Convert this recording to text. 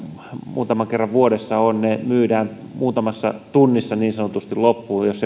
muutaman kerran vuodessa on myydään muutamassa tunnissa niin sanotusti loppuun jos